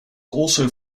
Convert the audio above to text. also